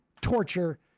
torture